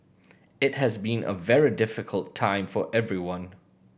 it has been a very difficult time for everyone